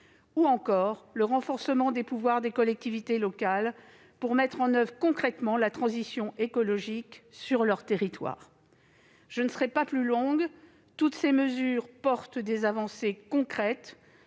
ou encore le renforcement des pouvoirs des collectivités locales pour mettre en oeuvre concrètement la transition écologique sur leur territoire. Je ne serai pas plus longue : toutes ces mesures portent des avancées concrètes